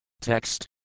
Text